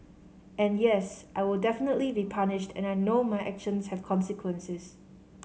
and yes I will definitely be punished and I know my actions have consequences